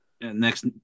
next